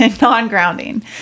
non-grounding